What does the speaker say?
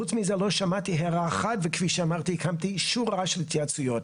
חוץ מזה לא שמעתי הערה אחת וכפי שאמרתי קיימתי שורה של התייעצויות.